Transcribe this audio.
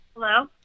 Hello